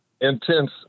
intense